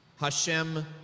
Hashem